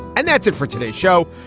and that's it for today's show.